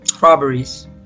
robberies